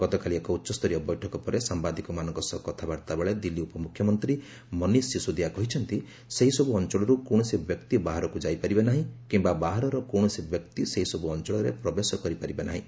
ଗତକାଲି ଏକ ଉଚ୍ଚସ୍ତରୀୟ ବୈଠକ ପରେ ସାମ୍ବାଦିକମାନଙ୍କ ସହ କଥାବାର୍ତ୍ତା ବେଳେ ଦିଲ୍ଲୀ ଉପମ୍ରଖ୍ୟମନ୍ତ୍ରୀ ମନୀଷ ସିଶୋଦିଆ କହିଛନ୍ତି ସେହିସବ୍ ଅଞ୍ଚଳର୍ କୌଣସି ବ୍ୟକ୍ତି ବାହାରକୁ ଯାଇପାରିବେ ନାହିଁ କିମ୍ବା ବାହାରର କୌଣସି ବ୍ୟକ୍ତି ସେହିସବୁ ଅଞ୍ଚଳରେ ପ୍ରବେଶ କରିପାରିବେ ନାହିଁ